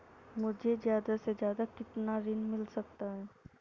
मुझे ज्यादा से ज्यादा कितना ऋण मिल सकता है?